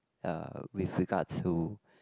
uh with regards to